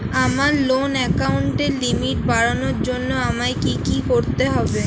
আমার লোন অ্যাকাউন্টের লিমিট বাড়ানোর জন্য আমায় কী কী করতে হবে?